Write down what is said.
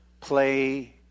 play